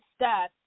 stats